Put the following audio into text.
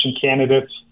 candidates